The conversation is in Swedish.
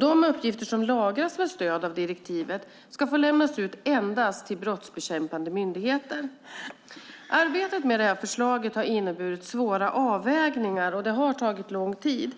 De uppgifter som lagras med stöd av direktivet ska få lämnas ut endast till brottsbekämpande myndigheter. Arbetet med förslaget har inneburit svåra avvägningar och tagit lång tid.